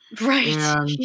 Right